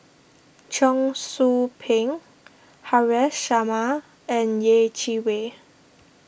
Cheong Soo Pieng Haresh Sharma and Yeh Chi Wei